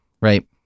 right